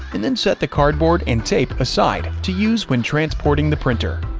and then set the cardboard and tape aside to use when transporting the printer.